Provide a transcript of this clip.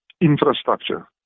infrastructure